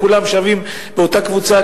כולם שווים באותה קבוצה,